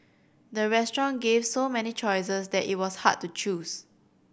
the restaurant gave so many choices that it was hard to choose